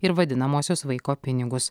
ir vadinamuosius vaiko pinigus